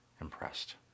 impressed